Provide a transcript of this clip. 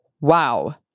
wow